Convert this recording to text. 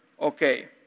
okay